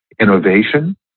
innovation